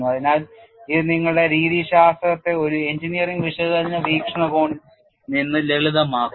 അതിനാൽ ഇത് നിങ്ങളുടെ രീതിശാസ്ത്രത്തെ ഒരു എഞ്ചിനീയറിംഗ് വിശകലന വീക്ഷണകോണിൽ നിന്ന് ലളിതമാക്കുന്നു